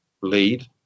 lead